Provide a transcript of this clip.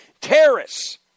terrorists